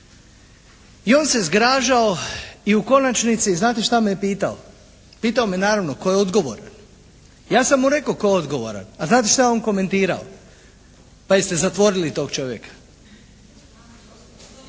I on se zgražao i u konačnici znate šta me je pitao? Pitao me je naravno, tko je odgovoran? Ja sam mu rekao tko je odgovoran. A znate šta je on komentirao? Pa jeste zatvorili tog čovjeka.